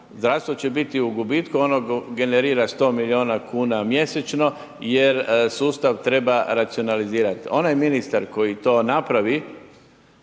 Zdravstvo će biti u gubitku, ono generira 100 milijuna kuna mjesečno jer sustav treba racionalizirat. Onaj ministar koji to napravi